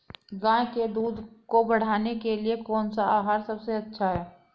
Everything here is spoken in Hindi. गाय के दूध को बढ़ाने के लिए कौनसा आहार सबसे अच्छा है?